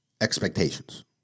expectations